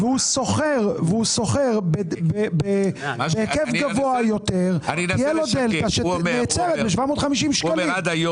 והוא שוכר בהיקף גבוה יותר תהיה לו דלתא שנעצרת ב-750 ₪.